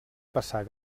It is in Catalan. passar